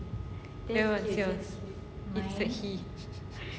then what's yours it's a he